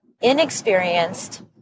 inexperienced